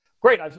great